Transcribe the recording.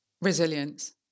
Resilience